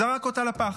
זרק אותה לפח,